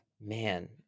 Man